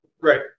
Right